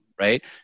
right